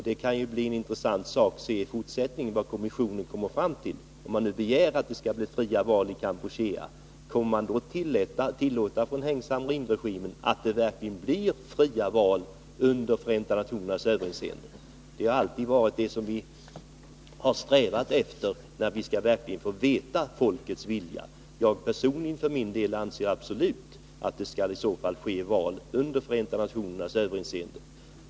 Det kan bli intressant i fortsättningen att se vad kommissionen kommer fram till. Om man begär att det skall bli fria val i Kampuchea, kommer då Heng Samrin-regimen verkligen att tillåta fria val under Förenta nationernas överinseende? Vi har alltid strävat efter att få veta folkets vilja. Jag anser personligen att det absolut skall ske val under Förenta nationernas överinseende.